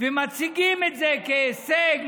ומציגים את זה כהישג,